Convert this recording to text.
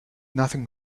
nothing